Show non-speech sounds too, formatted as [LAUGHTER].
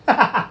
[LAUGHS]